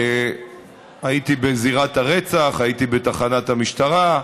הייתי בזירת הרצח, הייתי בתחנת המשטרה,